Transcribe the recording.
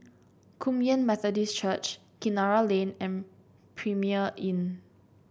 Kum Yan Methodist Church Kinara Lane and Premier Inn